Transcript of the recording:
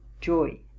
joy